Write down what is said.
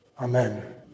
amen